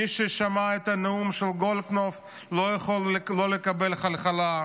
מי ששמע את הנאום של גולדקנופ לא יכול שלא לקבל חלחלה.